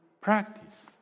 practice